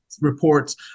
reports